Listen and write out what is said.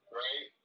right